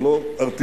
זה לא ערטילאי.